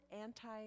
anti